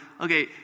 Okay